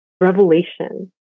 revelation